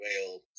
whale